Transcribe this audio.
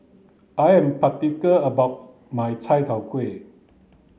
I am about my Chai Tow Kuay